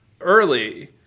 early